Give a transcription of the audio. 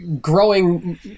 growing